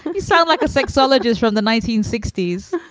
you sound like a sexologists from the nineteen sixty s.